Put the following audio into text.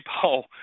paul